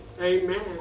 Amen